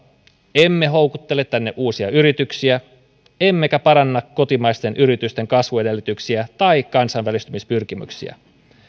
emme houkuttele tänne uusia yrityksiä emmekä paranna kotimaisten yritysten kasvuedellytyksiä tai kansainvälistymispyrkimyksiä